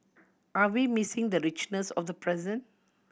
are we missing the richness of the present